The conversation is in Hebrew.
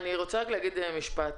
אני רוצה להגיד משפט.